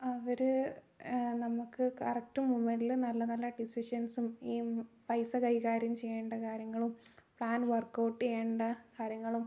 അവര് നമക്ക് കറക്റ്റ് മൊമെൻ്റിൽ നല്ല നല്ല ഡിസിഷൻസും ഈ പൈസ കൈകാര്യം ചെയ്യേണ്ട കാര്യങ്ങളും പ്ലാൻ വർക്കൗട്ട് ചെയ്യേണ്ട കാര്യങ്ങളും